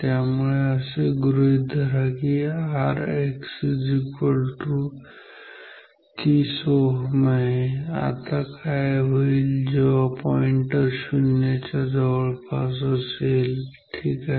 त्यामुळे असे गृहित धरा की Rx30Ω आहे आता काय होईल जेव्हा पॉईंटर शून्याच्या जवळपास असेल ठीक आहे